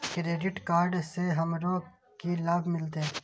Credit card से हमरो की लाभ मिलते?